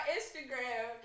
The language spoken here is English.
Instagram